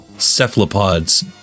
cephalopods